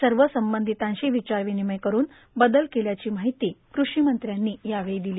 सर्व संबंधितांशी विचार विनिमय करून बदल केल्याची माहिती कृषीमंत्र्यांनी दिली